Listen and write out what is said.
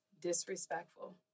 disrespectful